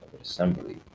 assembly